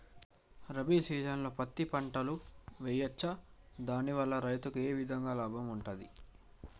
రబీ సీజన్లో పత్తి పంటలు వేయచ్చా దాని వల్ల రైతులకు ఏ విధంగా లాభం ఉంటది?